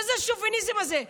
מה זה השוביניזם הזה?